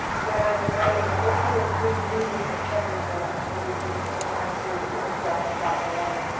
when i was writing my book, he was rereading everything maybe for the first time through because he had just stopped writing.